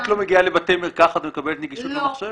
את לא מגיעה לבתי מרקחת ומקבלת נגישות למחשב?